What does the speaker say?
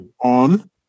on